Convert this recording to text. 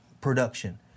production